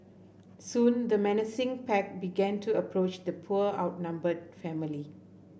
soon the menacing pack began to approach the poor outnumbered family